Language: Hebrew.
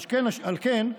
על כן,